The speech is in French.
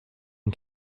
une